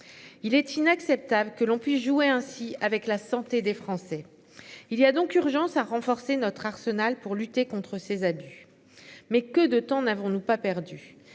Il est inacceptable que l'on puisse jouer ainsi avec la santé des Français. Il y a donc urgence à renforcer notre arsenal pour lutter contre ces abus, mais que de temps n'avons-nous pas perdu